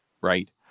right